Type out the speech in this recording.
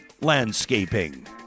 Landscaping